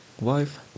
wife